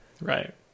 right